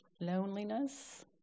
loneliness